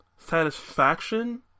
satisfaction